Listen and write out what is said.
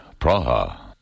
Praha